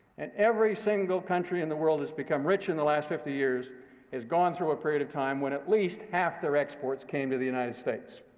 and every single country in the world that's become rich in the last fifty years has gone through a period of time when at least half their exports came to the united states.